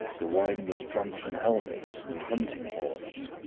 the wine was drunk from helmets and hunting-horns.